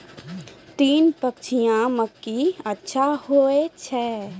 तीन पछिया मकई अच्छा होय छै?